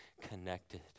connected